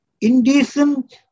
indecent